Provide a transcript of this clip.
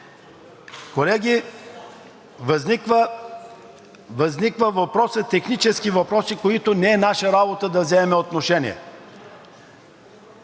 Колеги, възникват въпроси, технически въпроси, по които не е наша работа да вземем отношение.